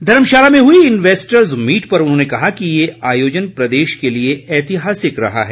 धर्मशाला में हुई investors meet पर उन्होंने कहा कि ये आयोजन प्रदेश के लिए ऐतिहासिक रहा है